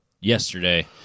yesterday